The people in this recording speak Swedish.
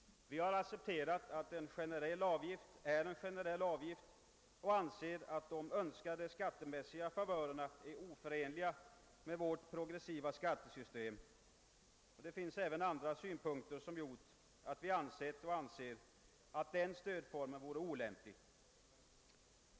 Vi har accepterat att en generell avgift är en generell avgift och menar att de önskade skattemässiga favörerna är oförenliga med vårt progressiva skattesystem. Det finns även andra skäl till att vi anser denna stödform var olämplig.